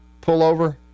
pullover